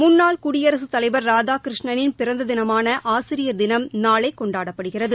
முன்னாள் குடியரசு தலைவர் ராதாகிருஷ்ணளின் பிறந்த தினமான ஆசிரியர் தினம் நாளை கொண்டாடப்படுகிறது